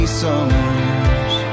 summers